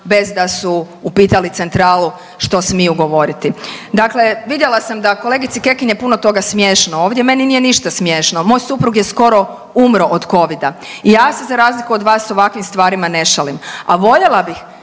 bez da su upitali centralu što smiju govoriti. Dakle, vidjela sam da kolegici Kekin je puno toga smiješno ovdje. Meni nije ništa smiješno. Moj suprug je skoro umro od covida i ja se za razliku od vas sa ovakvim stvarima ne šalim. A voljela bih